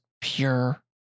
pure